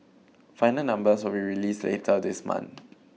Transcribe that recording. final numbers will released later this month